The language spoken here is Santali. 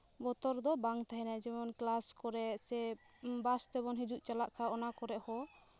ᱵᱚᱛᱚᱨ ᱫᱚ ᱵᱟᱝ ᱛᱟᱦᱮᱱᱟ ᱡᱮᱢᱚᱱ ᱠᱞᱟᱥ ᱠᱚᱨᱮᱜ ᱥᱮ ᱵᱟᱥ ᱛᱮᱵᱚᱱ ᱦᱤᱡᱩᱜ ᱪᱟᱞᱟᱜ ᱠᱷᱟᱱ ᱚᱱᱟ ᱠᱚᱨᱮᱜ ᱦᱚᱸ